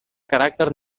caràcter